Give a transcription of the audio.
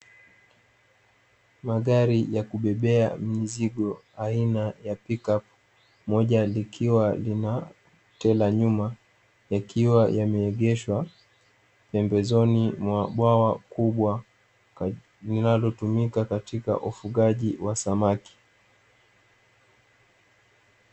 Magari ya kubebea mzigo aina ya pikiapu moja likiwa lina a tera moja yakiwa yameegeshwa pembezoni mwa bwawa kubwa, linalotumika katika ufugaji wa samaki.